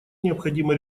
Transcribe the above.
необходимо